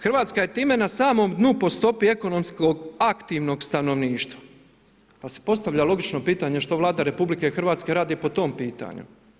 Hrvatska je time na samom dnu po stopi ekonomskog aktivnog stanovništva pa se postavlja logično pitanje, što Vlada RH radi po tom pitanju?